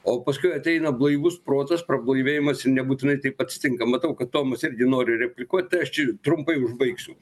o paskui ateina blaivus protas prablaivėjimas ir nebūtinai taip atsitinka matau kad tomas irgi nori replikuot tai aš čia trumpai užbaigsiu